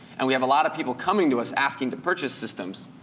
and we have a lot of people coming to us, asking to purchase systems.